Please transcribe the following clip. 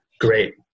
great